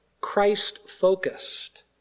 Christ-focused